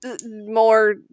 more